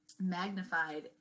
magnified